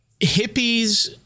Hippies